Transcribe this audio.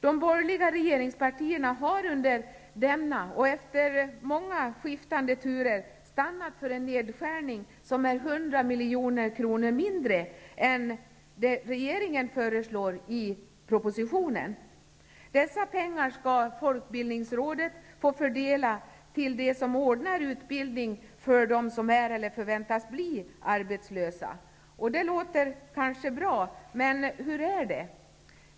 De borgerliga regeringspartierna har under denna och efter många skiftande turer stannat för en nedskärning som är 100 milj.kr. mindre än vad regeringen föreslår i propositionen. Dessa pengar skall folkbildningsrådet få fördela till dem som ordnar utbildning för dem som är eller väntas bli arbetslösa. Det låter kanske bra, men hur är det?